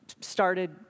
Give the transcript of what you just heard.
started